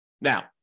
Now